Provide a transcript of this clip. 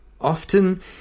often